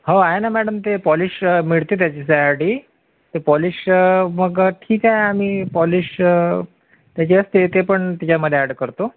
हो आहे ना मॅडम ते पॉलिश मिळते त्याच्यासाठी ते पॉलिश मग ठीक आहे आम्ही पॉलिश त्याच्यात ते पण त्याच्यामध्ये ॲड करतो